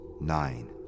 Nine